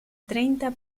treinta